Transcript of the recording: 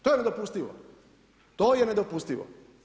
To je nedopustivo, to je nedopustivo.